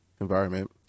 environment